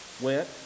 went